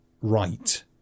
right